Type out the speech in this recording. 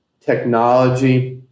Technology